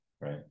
right